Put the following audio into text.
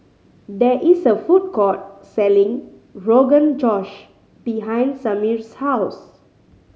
there is a food court selling Rogan Josh behind Samir's house